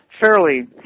fairly